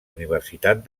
universitat